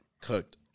cooked